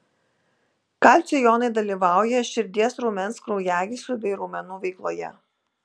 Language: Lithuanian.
kalcio jonai dalyvauja širdies raumens kraujagyslių bei raumenų veikloje